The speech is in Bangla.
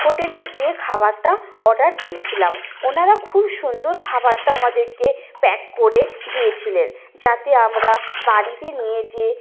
হোটেলে যেয়ে খাবারটা অর্ডার দিয়েছিলাম ওনারা খুব সুন্দর খাবারটা আমাদেরকে প্যাক করে দিয়েছিলেন যাতে আমরা বাড়িতে নিয়ে যেয়ে